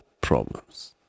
problems